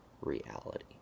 reality